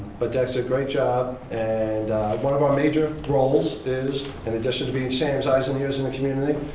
but, dexter, great job. and one of our major roles is, in addition to being sam's eyes and ears in the community,